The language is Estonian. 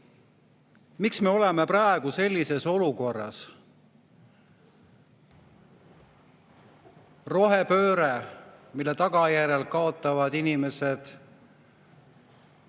miks me oleme praegu sellises olukorras. Rohepööre, mille tagajärjel kaotavad inimesed võimaluse